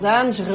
anos